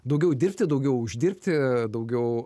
daugiau dirbti daugiau uždirbti daugiau